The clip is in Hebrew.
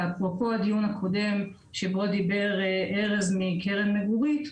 אפרופו הדיון הקודם, בו דיבר ארז מקרן מגוריט,